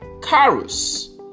carus